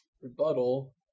rebuttal